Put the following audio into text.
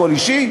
הכול אישי?